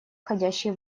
входящие